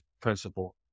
principle